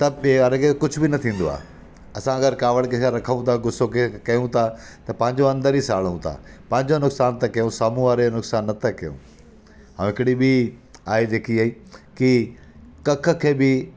त यानि कि कुझु बि न थींदो आहे असां अगरि कावड़ कंहिंखां रखूं था त गुस्सो केर कयूं था त पंहिंजो अंदर ईं साड़ूं था पंहिंजो नुक़सान था कयूं साम्हूं वारे जो नुक़सान नथा कयूं ऐं हिकड़ी ॿी आहे जेकी आई की कख खे बि